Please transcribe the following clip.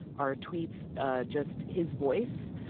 are tweets ah just his voice?